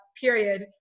period